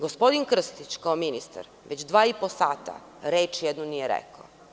Gospodin Krstić kao ministar, već dva i po sata, reč jednu nije rekao.